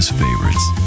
favorites